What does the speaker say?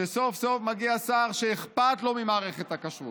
כשסוף-סוף מגיע שר שאכפת לו ממערכת הכשרות,